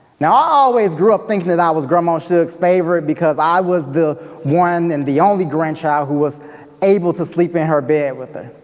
now, i always grew up thinking that i was grandma shug's favorite because i was the one and the only grandchild who was able to sleep in her bed with her.